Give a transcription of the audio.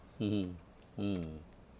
mmhmm mm